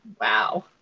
wow